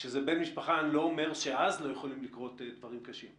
כשזה בן משפחה אני לא אומר שאז לא יכולים לקרות דברים קשים,